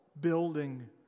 building